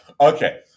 Okay